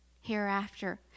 hereafter